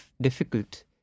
difficult